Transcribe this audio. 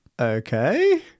Okay